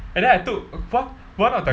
and then I took one one of the